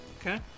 okay